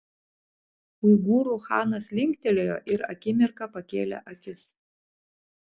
uigūrų chanas linktelėjo ir akimirką pakėlė akis